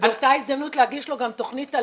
ובאותה הזדמנות להגיש לו גם תוכנית על